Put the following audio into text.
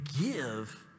give